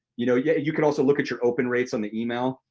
you know yeah you can also look at your open rates on the email,